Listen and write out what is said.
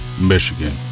Michigan